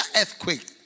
earthquake